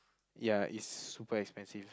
ya it's super expensive